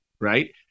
Right